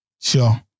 Sure